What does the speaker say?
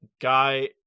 Guy